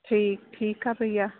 ठीकु ठीकु आहे भईया